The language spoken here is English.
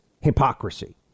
hypocrisy